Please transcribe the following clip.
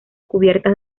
cubiertas